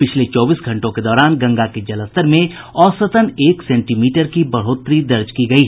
पिछले चौबीस घंटों के दौरान गंगा के जलस्तर में औसतन एक सेंटीमीटर की बढ़ोतरी दर्ज की गयी